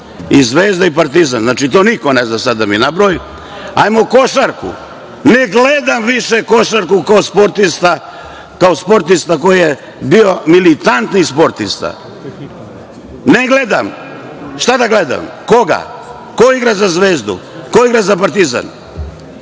i „Zvezda“ i „Partizan“, znači to niko ne zna sada da mi sada nabraja, hajdemo košarku, ne gledam više košarku, kao sportista koji je bio militantni sportista, ne gledam. Šta da gledam? Koga? Ko igra za „Zvezdu“? Ko igra za „Partizan“?